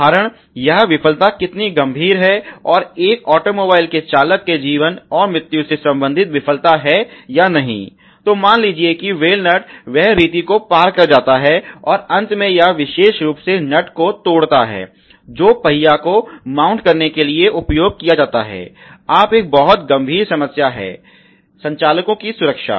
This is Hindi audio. उदाहरण यह विफलता कितनी गंभीर है और एक ऑटोमोबाइल के चालक के जीवन और मृत्यु से संबंधित विफलता है या नहीं तो मान लीजिए कि व्हेयल नट वह रीति को पार कर जाता है और अंत में यह विशेष रूप से नट को तोड़ता है जो पहिया को माउंट करने के लिए उपयोग किया जाता है अब एक बहुत गंभीर समस्या है संचालकों की सुरक्षा